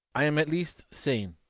i am at least sane.